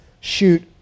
shoot